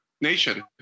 Nation